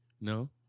No